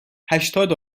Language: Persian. هشتاد